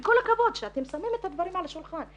כל הכבוד שאתם שמים את הדברים על השולחן,